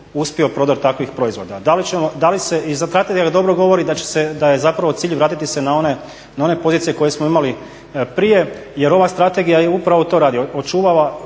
uspio prodor takvih proizvoda. Da li se i strategija dobro govori da je zapravo cilj vratiti se na one pozicije koje smo imali prije, jer ova strategija upravo to radi, vraća